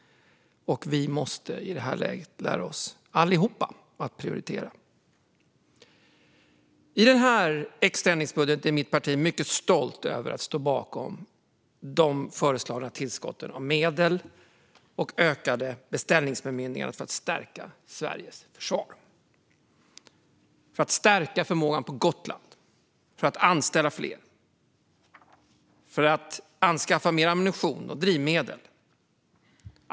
Och vi måste alla i detta läge lära oss att prioritera. När det gäller den extra ändringsbudgeten är mitt parti mycket stolt över att stå bakom de föreslagna tillskotten av medel och ökade beställningsbemyndiganden för att stärka Sveriges försvar, för att stärka förmågan på Gotland, för att anställa fler och för att anskaffa mer ammunition och drivmedel.